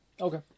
Okay